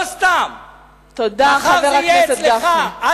לא סתם, מחר זה יהיה אצלך.